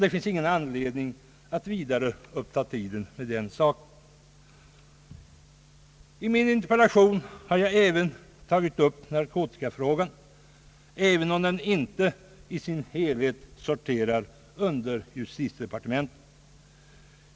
Det finns då ingen anledning att vidare uppta tiden med den saken. I min interpellation har jag även tagit upp narkotikafrågan, även om den inte i sin helhet sorterar under justitiedepartementet.